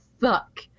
fuck